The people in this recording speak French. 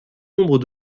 nombre